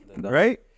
right